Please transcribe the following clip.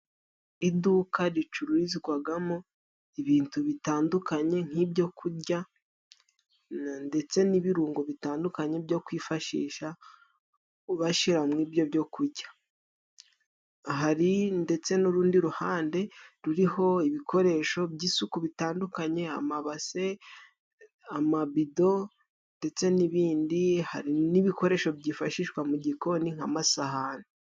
Iduka ricururizwagamo ibintu bitandukanye nk'ibyo kurya ndetse n'ibirungo bitandukanye byo kwifashisha bashira muri ibyo byo kujya, hari ndetse n'urundi ruhande ruriho ibikoresho by'isuku bitandukanye amabase, amabido ndetsen'ibindi, hari n'ibikoresho byifashishwa mu gikoni nk'amasahani.